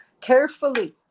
carefully